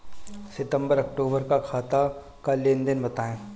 सितंबर अक्तूबर का खाते का लेनदेन बताएं